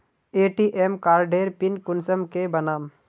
ATM कार्डेर pin कुंसम के बनाम?